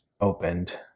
opened